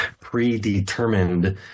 predetermined